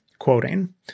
Quoting